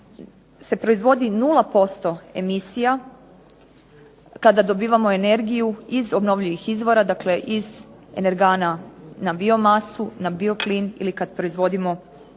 se proizvodi 0% emisija kada dobivamo energiju iz obnovljivih izvora, dakle iz energana na biomasu na bioplin ili kad proizvodimo biogoriva.